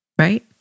right